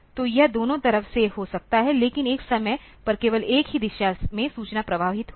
तो यह दोनों तरह से हो सकता है लेकिन एक समय पर केवल एक ही दिशा में सूचना प्रवाहित होगी